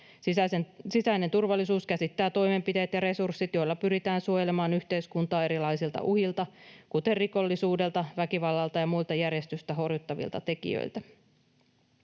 Sisäinen turvallisuus käsittää toimenpiteet ja resurssit, joilla pyritään suojelemaan yhteiskuntaa erilaisilta uhilta, kuten rikollisuudelta, väkivallalta ja muilta järjestystä horjuttavilta tekijöiltä.